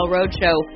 Roadshow